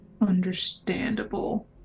Understandable